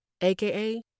aka